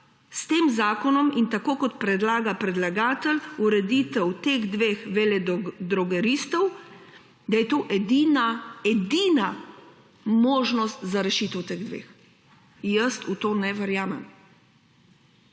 je ta zakon, tako kot v njem predlaga predlagatelj ureditev teh dveh veledrogeristov, edina, edina možnost za rešitev teh dveh. Jaz v to ne verjamem.